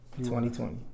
2020